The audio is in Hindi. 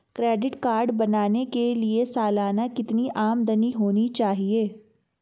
क्रेडिट कार्ड बनाने के लिए सालाना कितनी आमदनी होनी चाहिए?